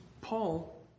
Paul